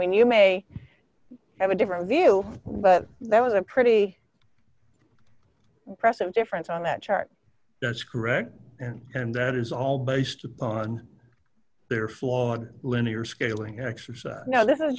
mean you may have a different view but that was a pretty impressive difference on that chart that's correct and that is all based upon their flawed linear scaling exercise no this is